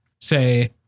say